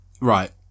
Right